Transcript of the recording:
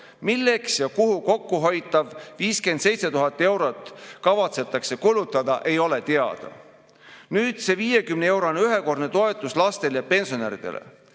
Milleks ja kuhu kokkuhoitav 57 000 eurot kavatsetakse kulutada, ei ole teada. Nüüd sellest 50‑eurosest ühekordsest toetusest lastele ja pensionäridele.